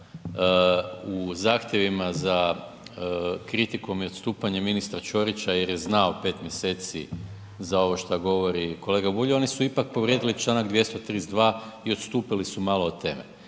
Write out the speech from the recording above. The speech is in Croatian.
u zahtjevima za kritikom i odstupanje ministra Ćorića jer je znao pet mjeseci za ovo što govori kolega Bulj oni su ipak povrijedili članak 232. i odstupili su malo od teme.